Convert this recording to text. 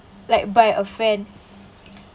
like by a friend